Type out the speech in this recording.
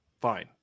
fine